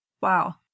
Wow